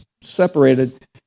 separated